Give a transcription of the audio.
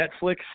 Netflix